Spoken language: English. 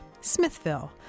Smithville